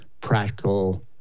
practical